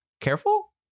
careful